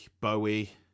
bowie